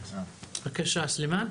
בבקשה.